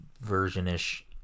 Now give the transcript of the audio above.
version-ish